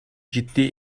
ciddi